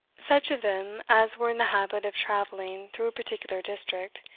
such of them as were in the habit of travelling through a particular district,